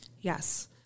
Yes